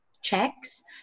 checks